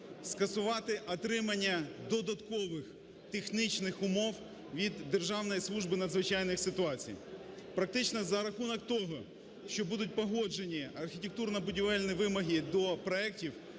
скасувати отримання додаткових технічних умов від Державної служби надзвичайних ситуацій. Практично за рахунок того, що будуть погоджені архітектурно-будівельні вимоги до проектів,